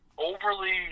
overly